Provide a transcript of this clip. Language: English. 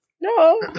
No